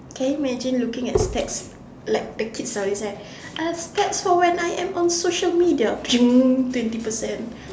can you imagine looking at stats like the kids always say uh stats for when I am on social media twenty percent